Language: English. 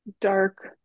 dark